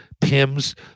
pims